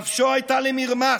נפשו הייתה למרמס,